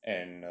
and